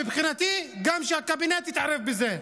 מבחינתי שגם הקבינט יתערב בזה.